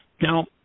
Now